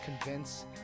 convince